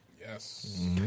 Yes